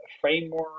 framework